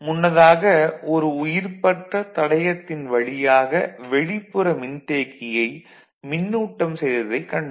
முன்னதாக ஒரு உயிர்ப்பற்ற தடையத்தின் வழியாக வெளிப்புற மின்தேக்கியை மின்னூட்டம் செய்ததைக் கண்டோம்